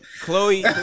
Chloe